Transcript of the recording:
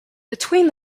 between